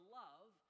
love